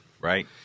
Right